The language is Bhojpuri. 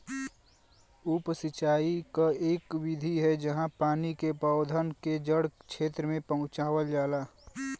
उप सिंचाई क इक विधि है जहाँ पानी के पौधन के जड़ क्षेत्र में पहुंचावल जाला